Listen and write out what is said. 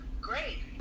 great